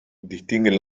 distinguen